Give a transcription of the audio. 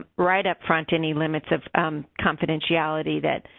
right upfront, any limits of confidentiality that.